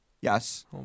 Yes